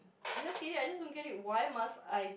I just hate it I just don't get it why must I